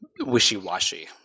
wishy-washy